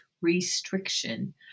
restriction